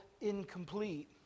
incomplete